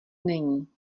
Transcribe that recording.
není